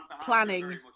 planning